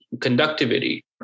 conductivity